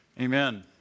Amen